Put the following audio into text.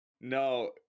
no